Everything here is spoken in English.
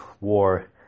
war